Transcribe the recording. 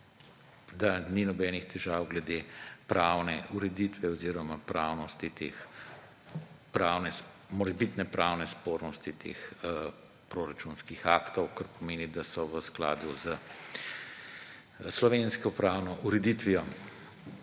da ni nobenih težav glede pravne ureditve oziroma morebitne pravne spornosti teh proračunskih aktov, kar pomeni, da so v skladu s slovensko pravno ureditvijo.